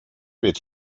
wird